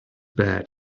bad